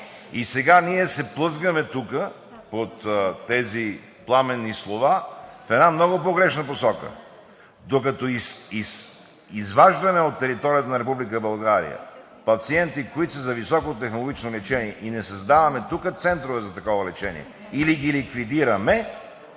Сега ние се плъзгаме тук, от тези пламенни слова, в една много погрешна посока. Докато изваждаме от територията на Република България пациенти, които са за високотехнологично лечение и не създаваме тук центрове за такова лечение или ги ликвидираме,